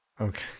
Okay